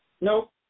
Nope